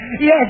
yes